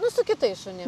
nu su kitais šunim